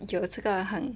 有这个很